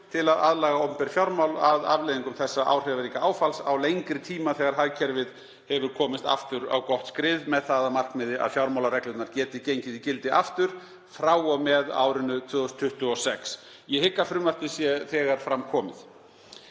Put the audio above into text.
til að aðlaga opinber fjármál að afleiðingum þessa afdrifaríka áfalls á lengri tíma þegar hagkerfið hefur komist aftur á gott skrið með það að markmiði að fjármálareglurnar geti gengið í gildi aftur frá og með árinu 2026. — Ég hygg að frumvarpið sé þegar fram komið.